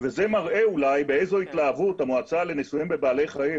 וזה מראה אולי באיזה התלהבות המועצה לניסויים בבעלי חיים,